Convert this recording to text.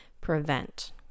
prevent